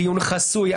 דיון חסוי,